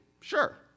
Sure